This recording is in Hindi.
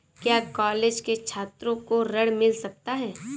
क्या कॉलेज के छात्रो को ऋण मिल सकता है?